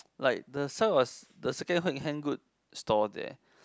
like the so it was the second hand good store there